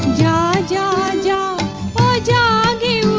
da da da da